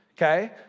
Okay